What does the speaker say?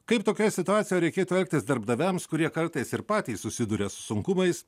kaip tokioj situacijoj reikėtų elgtis darbdaviams kurie kartais ir patys susiduria su sunkumais